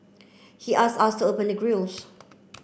he asked us to open the grilles